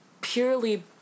purely